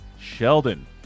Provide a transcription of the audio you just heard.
Sheldon